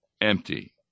empty